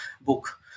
book